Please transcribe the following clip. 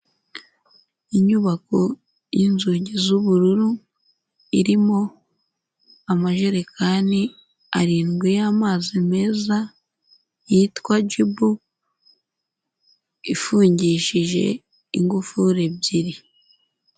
Inyubako y'inzugi z'ubururu, irimo amajerekani arindwi y'amazi meza, yitwa Jibu ifungishije ingufuri ebyiri.